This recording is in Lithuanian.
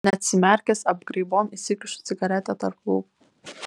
neatsimerkęs apgraibom įsikišu cigaretę tarp lūpų